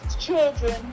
children